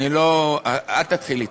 אל תתחיל אתי.